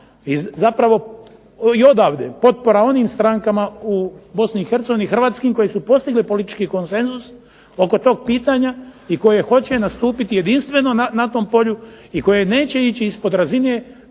odavde, potpora onim strankama u Bosni i Hercegovini Hrvatskim koje su postigli politički konsenzus oko tog pitanja, i koje hoće nastupiti jedinstveno na tom polju i koje neće ići ispod razine